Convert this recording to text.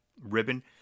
ribbon